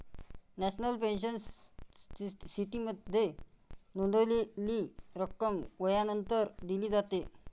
national pension सिस्टीममध्ये नोंदवलेली रक्कम वयानंतर दिली जाते